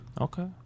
Okay